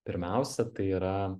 pirmiausia tai yra